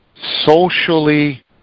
socially